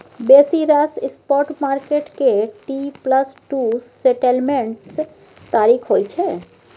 बेसी रास spot market के टी प्लस टू सेटलमेंट्स तारीख होइ छै